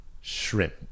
shrimp